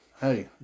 Hey